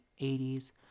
80s